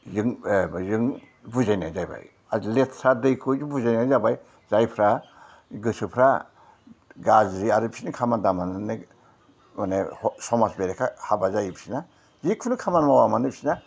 जों ए जों बुजायनाय जाहैबाय आरो लेथ्रा दैखौ बुजायनाय जाबाय जायफ्रा गोसोफ्रा गाज्रि आरो बिसोरनि खामानि दामानिया माने समाज बेरेखा हाबा जायो बिसोरना जिखुनु खामानि मावा मानो बिसोरना